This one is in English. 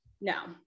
No